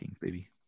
baby